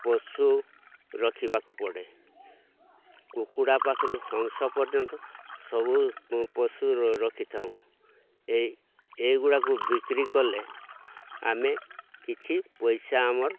ପଶୁ ରଖିବାକୁ ପଡ଼େ କୁକୁଡ଼ା ପାଖରୁ ହଂସ ପର୍ଯ୍ୟନ୍ତ ସବୁ ପଶୁ ରଖିଥାଉ ଏଇ ଏଇ ଗୁଡ଼ାକୁ ବିକ୍ରି କଲେ ଆମେ କିଛି ପଇସା ଆମର